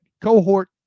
cohort